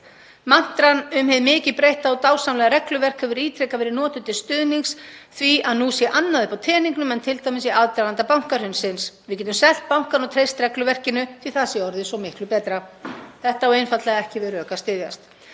Mantran um hið mikið breytta og dásamlega regluverk hefur ítrekað verið notuð til stuðnings því að nú sé annað uppi á teningnum en í aðdraganda bankahrunsins. Við getum selt bankann og treyst regluverkinu því að það sé orðið svo miklu betra. Þetta á einfaldlega ekki við rök að styðjast,